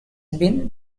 been